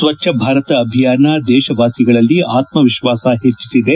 ಸ್ವಚ್ಲ ಭಾರತ ಅಭಿಯನ ದೇಶವಾಸಿಗಳಲ್ಲಿ ಆತ್ಮವಿಶ್ವಾಸ ಹೆಚ್ಚಿಸಿದೆ